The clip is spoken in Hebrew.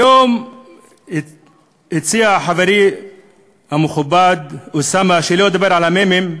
היום הציע חברי המכובד אוסאמה שלא אדבר על המ"מים,